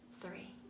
three